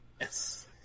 Yes